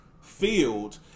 field